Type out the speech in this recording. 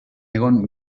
egon